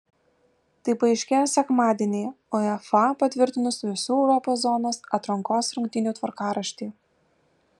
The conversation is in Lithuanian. tai paaiškėjo sekmadienį uefa patvirtinus visų europos zonos atrankos rungtynių tvarkaraštį